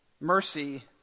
Mercy